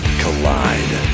collide